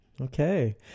okay